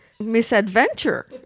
Misadventure